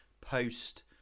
post